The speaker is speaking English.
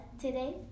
today